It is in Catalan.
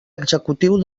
executiu